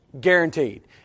Guaranteed